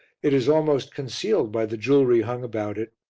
it is almost concealed by the jewellery hung about it,